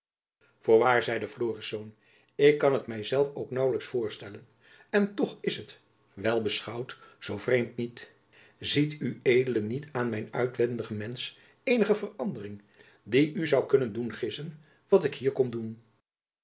voorwaar zeide florisz ik kan het my zelf ook naauwlijks voorstellen en toch is het wel beschouwd zoo vreemd niet ziet ue niet aan mijn uitwendigen mensch eenige verandering die u zoû kunnen doen gissen wat ik hier kom doen